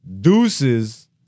deuces